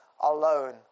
alone